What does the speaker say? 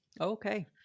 Okay